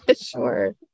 Sure